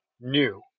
New